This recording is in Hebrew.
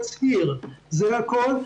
אלא תצהיר וזה הכול.